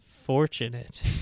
Fortunate